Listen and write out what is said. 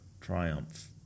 Triumph